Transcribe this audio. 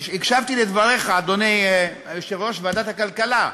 הקשבתי לדבריך, אדוני יושב-ראש ועדת הכלכלה.